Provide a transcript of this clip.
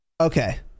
okay